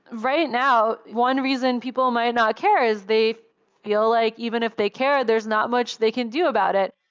right now, one reason people might not care is they feel like even if they care, there's not much they can do about it.